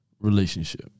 relationship